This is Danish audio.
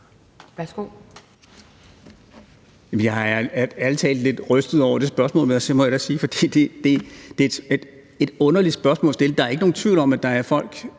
(RV): Jeg er ærlig talt lidt rystet over det spørgsmål, må jeg da sige, for det er et underligt spørgsmål at stille. Der er ikke nogen tvivl om, at der er rigtig